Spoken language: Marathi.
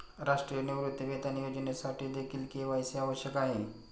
राष्ट्रीय निवृत्तीवेतन योजनेसाठीदेखील के.वाय.सी आवश्यक आहे